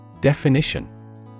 Definition